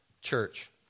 church